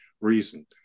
reason